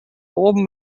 oben